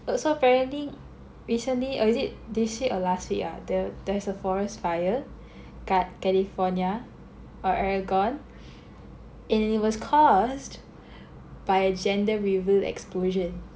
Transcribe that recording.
so apparently recently or is it this week or last week ah the~ there is a forest fire kat California or Oregon and it was caused by a gender reveal explosion